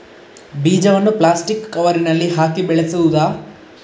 ಬೀಜವನ್ನು ಪ್ಲಾಸ್ಟಿಕ್ ಕವರಿನಲ್ಲಿ ಹಾಕಿ ಬೆಳೆಸುವುದಾ?